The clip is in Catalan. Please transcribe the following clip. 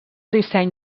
disseny